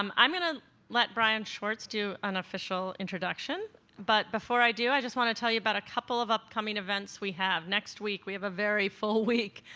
um i'm going to let brian schwartz do an official introduction. but before i do, i just want to tell you about a couple of upcoming events we have. next week, we have a very full week.